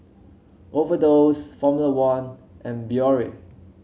Overdose Formula One and Biore